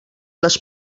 les